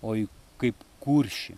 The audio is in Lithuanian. o į kaip kuršį